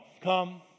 Come